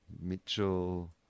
Mitchell